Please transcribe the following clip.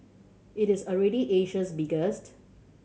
it is already Asia's biggest